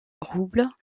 roubles